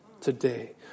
today